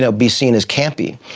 so be seen as campy,